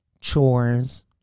chores